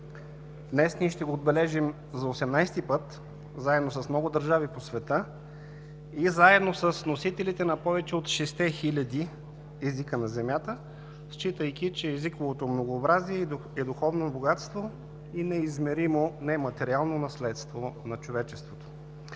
Днес ние ще го отбележим за 18-и път заедно с много държави по света и заедно с носителите на повече от 6-те хиляди езика на земята, считайки, че езиковото многообразие е духовно богатство и неизмеримо нематериално наследство на човечеството.